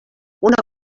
una